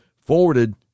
forwarded